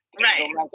Right